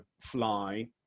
fly